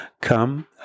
come